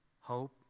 hope